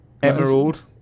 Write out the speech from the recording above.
Emerald